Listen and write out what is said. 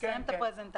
תסיים את הפרזנטציה.